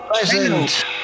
present